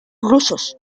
rusos